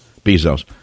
Bezos